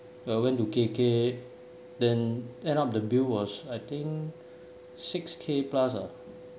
uh went to K_K then end up the bill was I think six K plus ah